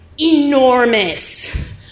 enormous